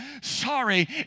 sorry